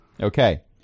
Okay